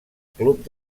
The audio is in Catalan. club